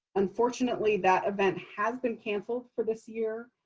unfortunately, that event has been canceled for this year.